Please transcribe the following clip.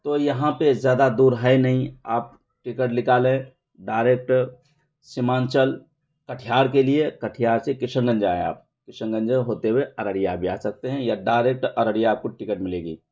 تو یہاں پہ زیادہ دور ہے نہیں آپ ٹکٹ نکالیں ڈائریکٹ سیمانچل کٹیہار کے لیے کٹیہار سے کشن گنج آئیں آپ کشن گنج سے ہوتے ہوئے ارریا بھی آ سکتے ہیں یا ڈائریکٹ ارریا آپ کو ٹکٹ ملے گی